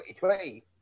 2020